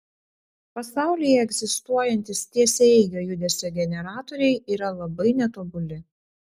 pasaulyje egzistuojantys tiesiaeigio judesio generatoriai yra labai netobuli